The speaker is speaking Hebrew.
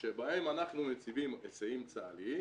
שבהן אנחנו מציבים היסעים צה"ליים